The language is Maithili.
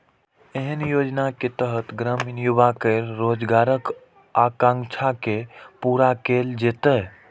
एहि योजनाक तहत ग्रामीण युवा केर रोजगारक आकांक्षा के पूरा कैल जेतै